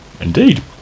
Indeed